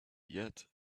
yet